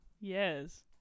Yes